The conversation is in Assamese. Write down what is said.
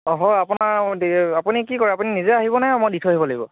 অ হয় আপোনাৰ আপুনি কি কৰে আপুনি নিজে আহিব নে মই দি থৈ আহিব লাগিব